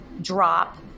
drop